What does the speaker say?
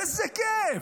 איזה כיף.